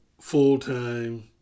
full-time